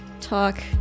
talk